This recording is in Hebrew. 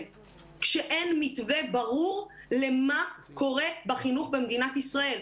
כשאין מתווה ברור למה קורה בחינוך במדינת ישראל.